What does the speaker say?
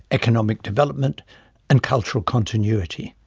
economic development and cultural continuity.